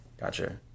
Gotcha